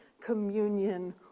communion